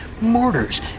mortars